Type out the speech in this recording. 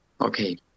Okay